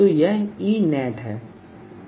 तो यह Enet है